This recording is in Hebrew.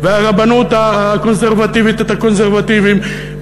והרבנות הקונסרבטיבית את הרבנים הקונסרבטיבים,